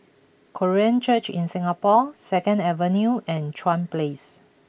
Korean Church in Singapore Second Avenue and Chuan Place